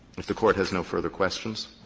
if the court has no further questions.